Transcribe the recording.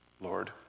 Lord